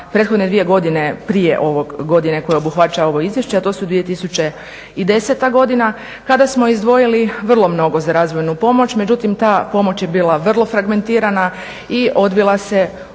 prethodne dvije godine prije ove godine koja obuhvaća ovo izvješće, a to su 2010. godina kada smo izdvojili vrlo mnogo za razvojnu pomoć. Međutim, ta pomoć je bila vrlo fragmentirana i odvila se u